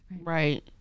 Right